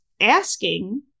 asking